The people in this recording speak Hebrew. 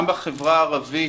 גם בחברה הערבית,